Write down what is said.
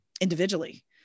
individually